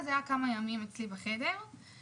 הרמקול הזה היה אצלי בחדר במשך מספר ימים.